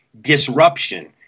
disruption